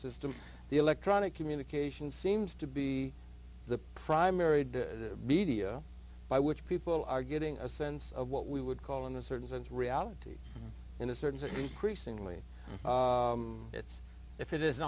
system the electronic communication seems to be the primary media by which people are getting a sense of what we would call in a certain sense reality in a certain increasingly it's if it is